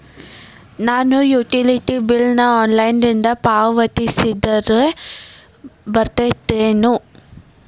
ನಾನು utility bill ನ ಆನ್ಲೈನಿಂದ ಪಾವತಿಸಿದ್ರ ಬರ್ತದೇನು?